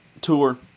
tour